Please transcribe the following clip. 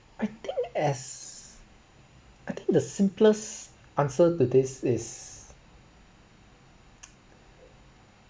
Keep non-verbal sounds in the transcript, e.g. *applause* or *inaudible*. I think as I think the simplest answer to this is *noise*